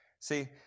See